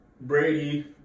Brady